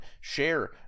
share